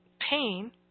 pain